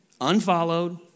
unfollowed